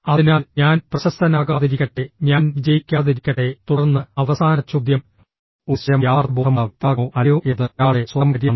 അതിനാൽ ഞാൻ പ്രശസ്തനാകാതിരിക്കട്ടെ ഞാൻ വിജയിക്കാതിരിക്കട്ടെ തുടർന്ന് അവസാന ചോദ്യം ഒരു സ്വയം യാഥാർത്ഥ്യബോധമുള്ള വ്യക്തിയാകണോ അല്ലയോ എന്നത് ഒരാളുടെ സ്വന്തം കാര്യമാണ്